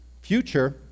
future